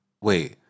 Wait